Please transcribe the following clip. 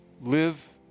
live